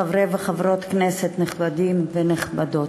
חברי וחברות כנסת נכבדים ונכבדות,